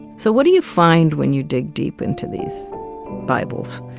so, what do you find when you dig deep into these bibles?